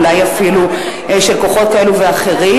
אולי אפילו של כוחות כאלו ואחרים.